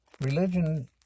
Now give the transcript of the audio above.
Religion